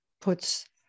puts